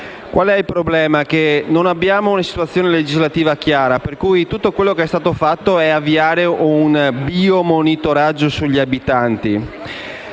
Il problema è che non abbiamo una situazione legislativa chiara, per cui tutto quello che è stato fatto è avviare un biomonitoraggio sugli abitanti.